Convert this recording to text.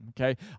Okay